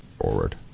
forward